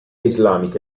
islamica